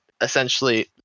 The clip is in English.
essentially